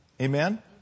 Amen